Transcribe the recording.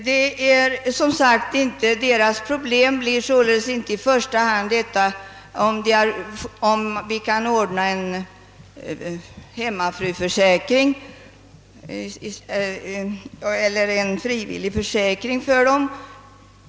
Dessa kvinnors problem är således inte i första hand huruvida det går att för dem ordna samma sjukförsäkring som för en hemmafru eller en frivillig försäkring.